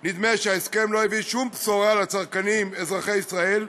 נדמה שההסכם לא הביא שום בשורה לצרכנים אזרחי ישראל,